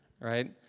right